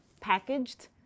packaged